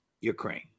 Ukraine